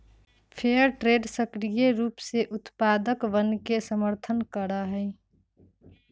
fair trade सक्रिय रूप से उत्पादकवन के समर्थन करा हई